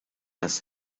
است